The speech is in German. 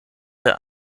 der